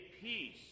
peace